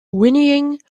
whinnying